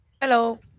Hello